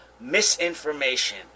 misinformation